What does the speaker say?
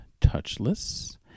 Touchless